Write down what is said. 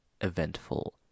eventful